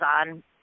on